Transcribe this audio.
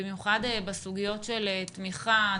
במיוחד בסוגיות של תמיכה,